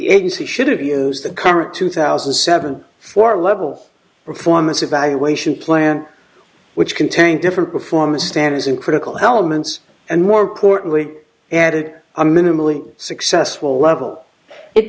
agency should have used the current two thousand and seven for level of performance evaluation plan which contained different performance standards in critical elements and more importantly added a minimally successful level it